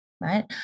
right